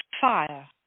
fire